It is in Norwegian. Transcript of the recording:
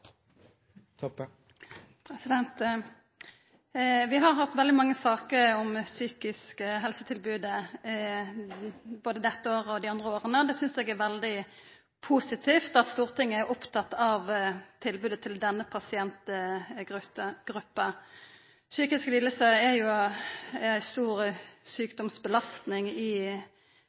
Vi har hatt veldig mange saker om det psykiske helsetilbodet både dette året og dei andre åra. Eg synest det er veldig positivt at Stortinget er opptatt av tilbodet til denne pasientgruppa. Psykiske lidingar er ei stor sjukdomsbelastning i